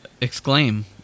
Exclaim